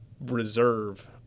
reserve